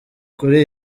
kuri